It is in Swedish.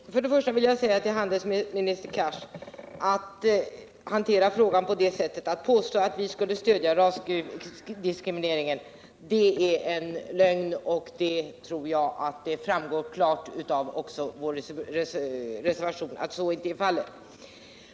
Herr talman! Inledningsvis vill jag till handelsminister Cars säga, att det är lögn att påstå att vi skulle stödja rasdiskrimineringen. Jag tror också att det klart framgår av vår reservation att så inte är fallet.